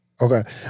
Okay